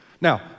Now